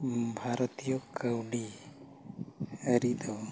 ᱵᱷᱟᱨᱚᱛᱤᱭᱚ ᱠᱟᱹᱣᱰᱤᱼᱟᱹᱨᱤ ᱫᱚ